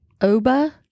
Oba